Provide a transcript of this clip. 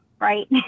right